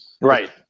Right